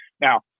Now